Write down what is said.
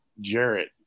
Jarrett